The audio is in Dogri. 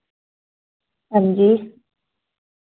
हां जी